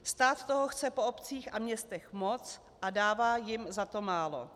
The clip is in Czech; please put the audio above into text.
Stát toho chce po obcích a městech moc a dává jim za to málo.